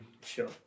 Sure